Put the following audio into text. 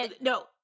No